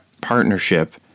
partnership